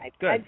good